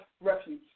refuge